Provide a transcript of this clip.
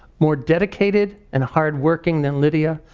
more dedicated and hard working than lydia,